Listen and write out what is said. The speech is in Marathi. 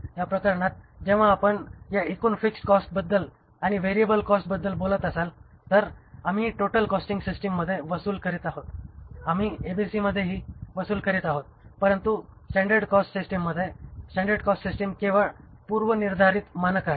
या प्रकरणात जेव्हा आपण या एकूण फिक्स्ड कॉस्टबद्दल आणि व्हेरिएबल कॉस्टबद्दल बोलत असाल तर आम्ही ही टोटल कॉस्टिंग सिस्टिममध्ये वसूल करीत आहोत आम्ही एबीसीमध्येही वसूल करीत आहोत परंतु स्टॅंडर्ड कॉस्ट सिस्टिममध्ये स्टॅंडर्ड कॉस्ट सिस्टिम केवळ पूर्वनिर्धारित मानक आहे